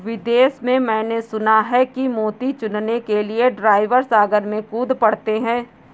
विदेश में मैंने सुना है कि मोती चुनने के लिए ड्राइवर सागर में कूद पड़ते हैं